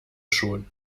schon